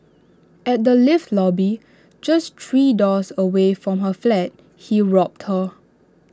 at the lift lobby just three doors away from her flat he robbed her